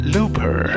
Looper